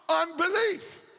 unbelief